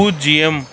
பூஜ்யம்